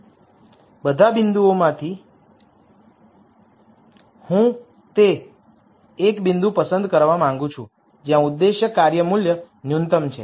આ રેખા પરના બધા બિંદુઓમાંથી હું તે એક બિંદુ પસંદ કરવા માંગું છું જ્યાં ઉદ્દેશ્ય કાર્ય મૂલ્ય ન્યૂનતમ છે